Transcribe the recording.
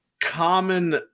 common